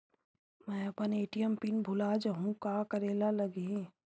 मैं अपन ATM pin भुला जहु का करे ला लगही?